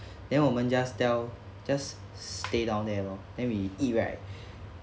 then 我们 just tell just stay down there lor then we eat right